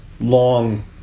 long